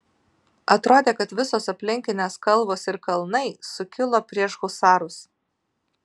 atrodė kad visos aplinkinės kalvos ir kalnai sukilo prieš husarus